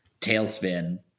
tailspin